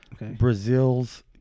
Brazil's